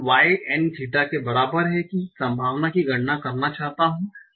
y n theta के बराबर है की संभावना की गणना करना चाहता हूँ